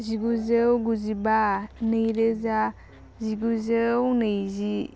जिगुजौ गुजिबा नैरोजा जिगुजौ नैजि